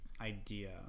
idea